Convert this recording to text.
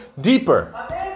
deeper